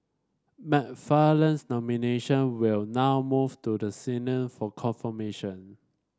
McFarland's nomination will now move to the Senate for confirmation